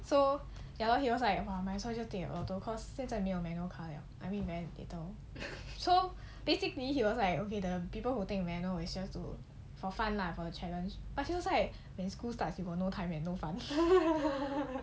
so ya lor he was like oh might as well just take the auto cause 现在没有 manual car liao I mean manual so basically he was like okay the people who take manual is just too for fun lah for the challenge but he was like when school starts you got no time eh no fun